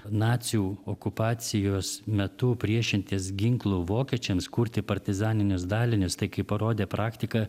nacių okupacijos metu priešintis ginklu vokiečiams kurti partizaninius dalinius tai kaip parodė praktika